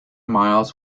miles